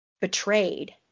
betrayed